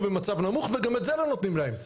במצב נמוך וגם את זה לא נותנים להם.